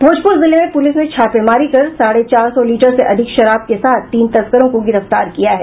भोजपुर जिले में पुलिस ने छापेमारी कर साढ़े चार सौ लीटर से अधिक शराब के साथ तीन तस्करों को गिरफ्तार किया है